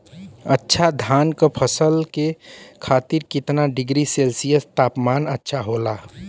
अच्छा धान क फसल के खातीर कितना डिग्री सेल्सीयस तापमान अच्छा होला?